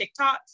TikToks